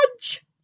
judge